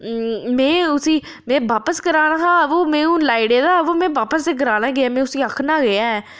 अम में उसी में वापस कराना हा अ वो में हून लाई ओड़े दा अ वो में वापस कराना गै ऐ में उसी आखना गै ऐ